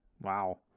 Wow